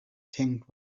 tinged